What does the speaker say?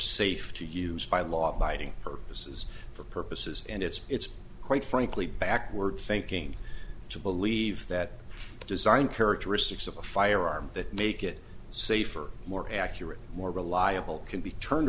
safe to use by law abiding purposes for purposes and it's it's quite frankly backward thinking to believe that the design characteristics of a firearm that make it safer more accurate more reliable can be turned